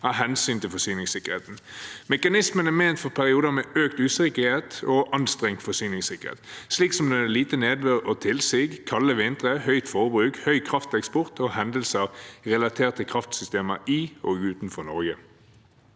av hensyn til forsyningssikkerheten. Mekanismen er ment for perioder med økt usikkerhet og anstrengt forsyningssikkerhet, slik som når det er lite nedbør og tilsig, kalde vintre, høyt forbruk, høy krafteksport og hendelser relatert til kraftsystemer i og utenfor Norge.